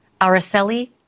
Araceli